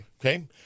Okay